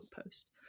post